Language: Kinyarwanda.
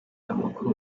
amakuru